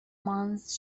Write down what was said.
months